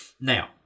Now